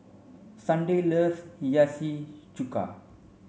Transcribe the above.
Sunday loves Hiyashi Chuka